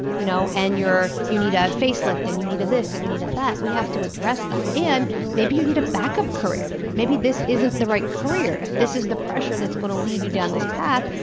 you know and you need a a face lift and you need a this and you need a that. we have to address that. and, maybe you need a backup career. maybe this isn't the right career. if this is the pressure that's going to lead you down this path,